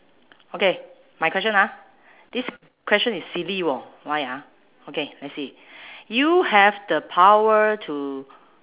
okay my question ah this question is silly [wor] why ah okay let's see you have the power to